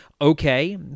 okay